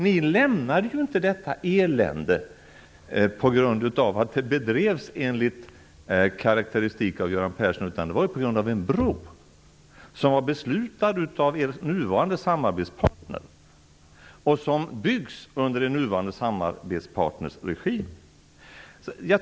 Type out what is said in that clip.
Ni lämnade inte detta elände på grund av att det bedrevs enligt karakteristik av Göran Persson, utan på grund av en bro - en bro som var beslutad av er nuvarande samarbetspartner och som byggs under er nuvarande samarbetspartners regi.